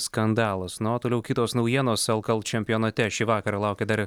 skandalas na o toliau kitos naujienos lkl čempionate šį vakarą laukia dar